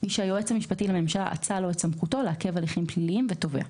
מי שהיועץ המשפטי לממשלה אצל לו את סמכותו לעכב הליכים פליליים ותובע.